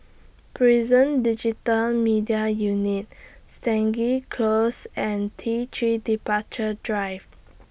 Prison Digital Media Unit Stangee Close and T three Departure Drive